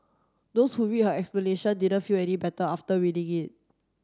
those who read her explanation didn't feel any better after reading it